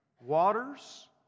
Waters